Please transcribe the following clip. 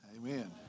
Amen